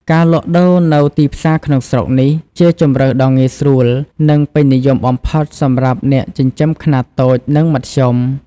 ការលក់ដូរនៅទីផ្សារក្នុងស្រុកនេះជាជម្រើសដ៏ងាយស្រួល និងពេញនិយមបំផុតសម្រាប់អ្នកចិញ្ចឹមខ្នាតតូចនិងមធ្យម។